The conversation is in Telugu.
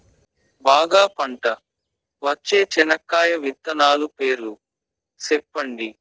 బాగా పంట వచ్చే చెనక్కాయ విత్తనాలు పేర్లు సెప్పండి?